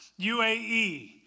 UAE